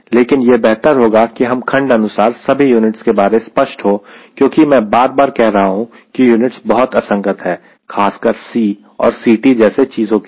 लेकिन यह बेहतर होगा कि हम खंड अनुसार सभी यूनिट्स के बारे स्पष्ट हो क्योंकि मैं बार बार कह रहा हूं कि यूनिट्स बहुत असंगत है खासकर C और Ct जैसी चीजों के लिए